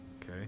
okay